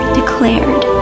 declared